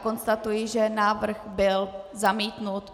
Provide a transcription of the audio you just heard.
Konstatuji, že návrh byl zamítnut.